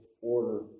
order